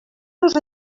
los